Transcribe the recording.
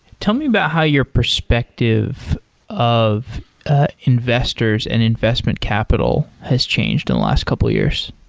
tell me about how your perspective of ah investors and investment capital has changed and last couple of years.